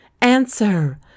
Answer